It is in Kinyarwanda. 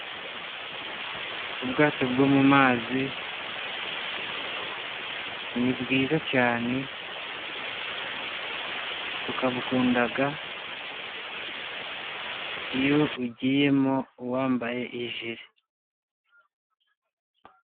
Ubwato bwo mu mazi ni bwiza cyane, tukabukunda iyo ugiyemo wambaye ijiri.